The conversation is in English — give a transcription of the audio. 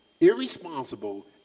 irresponsible